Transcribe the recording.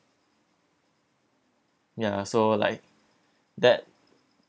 ya so like that